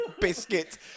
biscuit